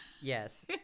Yes